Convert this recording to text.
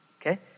Okay